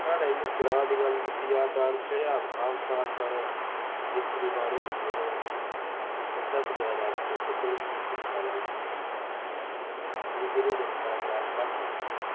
साढ़े इयां ग्रां दी गल्ल कीती जा डांस जेह्ड़े आम खास साढ़े गित्तड़ू गाने होंदे हे जेह्ड़े ओह्दे उप्पर जैदा डांस करदे ढोलकी चिमटा लाइयै गित्तड़ू हून साढ़े ग्रां च घट्ट लभदे